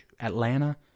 Atlanta